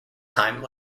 time